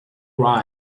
rhyme